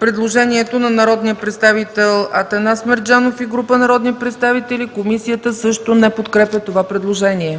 предложението на народния представител Атанас Мерджанов и група народни представители. Комисията също не подкрепя това предложение.